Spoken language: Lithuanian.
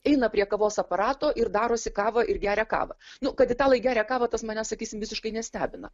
eina prie kavos aparato ir darosi kavą ir geria kavą nu kad italai geria kavą tas manęs sakysim visiškai nestebina